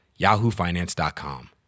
yahoofinance.com